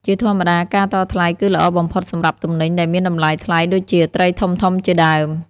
ជាធម្មតាការតថ្លៃគឺល្អបំផុតសម្រាប់ទំនិញដែលមានតម្លៃថ្លៃដូចជា ត្រីធំៗជាដើម។